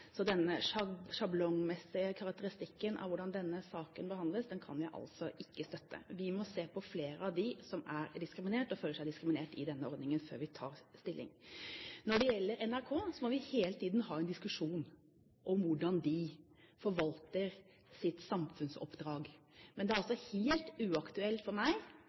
Så denne sjablongmessige karakteristikken av hvordan denne saken behandles, kan jeg altså ikke støtte. Vi må se på flere av dem som er diskriminert og føler seg diskriminert i denne ordningen, før vi tar stilling. Når det gjelder NRK, må vi hele tiden ha en diskusjon om hvordan de forvalter sitt samfunnsoppdrag. Men det er helt uaktuelt for meg,